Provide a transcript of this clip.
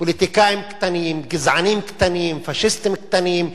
פוליטיקאים קטנים, גזענים קטנים, פאשיסטים קטנים.